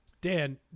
Dan